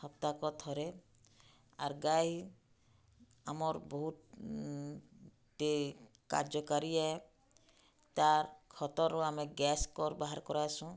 ହପ୍ତାକ ଥରେ ଆର୍ ଗାଈ ଆମର୍ ବହୁତ୍ ଟେ କାର୍ଯ୍ୟକାରୀ ଆଏ ତା ଖତରୁ ଆମେ ଗ୍ୟାସ୍ କର୍ ବାହାର୍ କରାସୁଁ